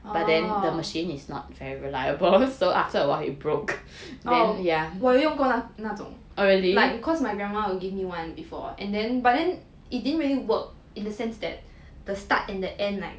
oh 我有用过那种 cause my grandma gave me one before but then but then it didn't really work in the sense that the start and the end like